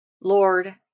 Lord